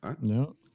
No